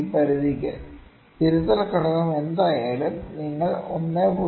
ഈ പരിധിക്ക് തിരുത്തൽ ഘടകം എന്തായാലും നിങ്ങൾ 1